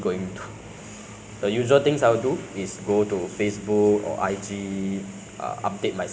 then if I got time I will play maybe Call of Duty if not maybe I will just wait for my parents to ah